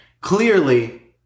Clearly